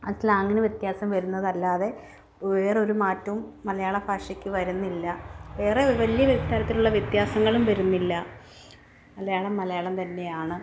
ആ സ്ലാങ്ങിന് വ്യത്യാസം വരുന്നതല്ലാതെ വേറൊരു മാറ്റവും മലയാള ഭാഷയ്ക്ക് വരുന്നില്ല വേറെ വലിയ തരത്തിലുള്ള വ്യത്യാസങ്ങളും വരുന്നില്ല മലയാളം മലയാളം തന്നെയാണ്